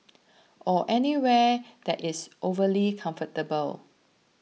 or anywhere that is overly comfortable